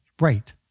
Right